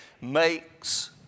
makes